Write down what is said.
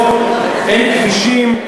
אין מרפאות, אין כבישים.